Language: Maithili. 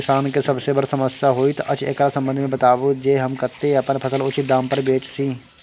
किसान के सबसे बर समस्या होयत अछि, एकरा संबंध मे बताबू जे हम कत्ते अपन फसल उचित दाम पर बेच सी?